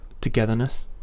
togetherness